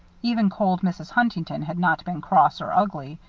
even cold mrs. huntington had not been cross or ugly.